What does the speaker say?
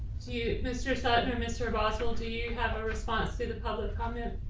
to mr. sadler mr. boswell? do you have a response to the public comment?